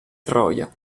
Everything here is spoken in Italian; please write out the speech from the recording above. troia